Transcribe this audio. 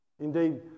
Indeed